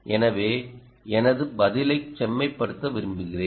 எனவே எனது பதிலைச் செம்மைப்படுத்த விரும்புகிறேன்